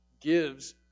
gives